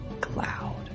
cloud